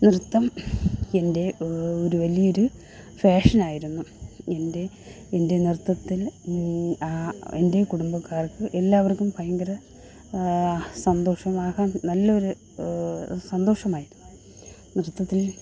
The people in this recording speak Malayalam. നൃത്തം എൻ്റെ ഒരു വലിയൊരു പാഷനായിരുന്നു എൻ്റെ എൻ്റെ നൃത്തത്തിൽ എൻ്റെ കുടുംബക്കാർക്കും എല്ലാവർക്കും ഭയങ്കര സന്തോഷമാകാൻ നല്ലൊരു സന്തോഷമായിരുന്നു നൃത്തത്തിൽ